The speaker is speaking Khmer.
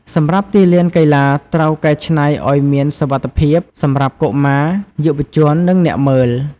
សម្រាប់ទីលានកីឡាត្រូវកែច្នៃឲ្យមានសុវត្ថិភាពសម្រាប់កុមារ យុវជន និងអ្នកមើល។